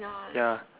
ya